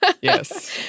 Yes